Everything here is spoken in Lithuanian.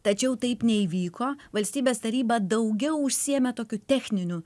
tačiau taip neįvyko valstybės taryba daugiau užsiėmę tokiu techniniu